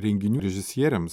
renginių režisieriams